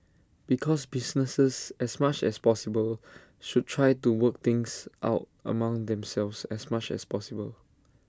because businesses as much as possible should try to work things out among themselves as much as possible